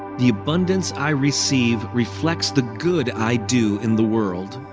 the abundance i receive reflects the good i do in the world.